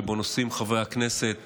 שבו נושאים חברי הכנסת